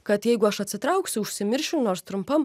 kad jeigu aš atsitrauksiu užsimiršiu nors trumpam